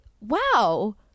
wow